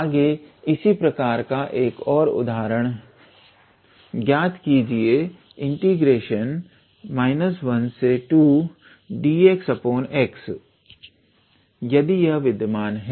आगे इसी प्रकार का एक और उदाहरण ज्ञात कीजिए 12dxx यदि यह विद्यमान है